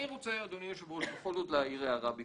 אני רוצה בכל זאת להעיר הערה ביקורתית,